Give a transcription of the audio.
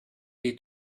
est